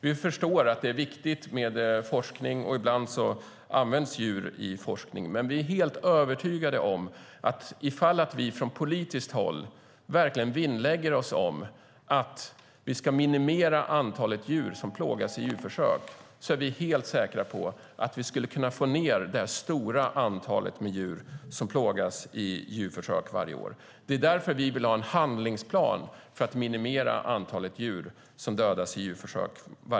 Vi förstår att det är viktigt med forskning, och ibland används djur i forskning. Vi är dock helt övertygade om att ifall vi från politiskt håll verkligen vinnlägger oss om att minimera antalet djur som plågas i djurförsök kan vi få ned det stora antalet djur. Vi vill därför ha en handlingsplan för att minimera antalet djur som dödas i djurförsök.